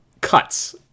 cuts